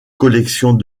collections